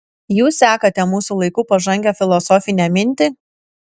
jūs sekate mūsų laikų pažangią filosofinę mintį